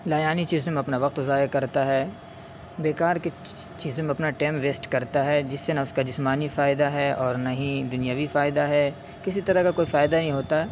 لایعنی چیزوں میں اپنا وقت ضائع کرتا ہے بےکار کے چیزوں میں اپنا ٹائم ویسٹ کرتا ہے جس سے نہ اس کا جسمانی فائدہ ہے اور نہ ہی دنیاوی فائدہ ہے کسی طرح کا کوئی فائدہ نہیں ہوتا